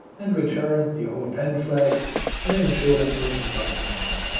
and return the o append flag and ensure that everything is back to normal.